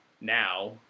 now